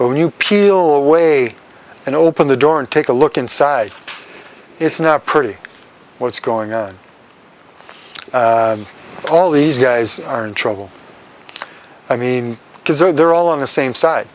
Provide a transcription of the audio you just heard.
but when you peel away and open the door and take a look inside it's not pretty what's going on all these guys are in trouble i mean because they're all on the same side